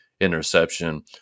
interception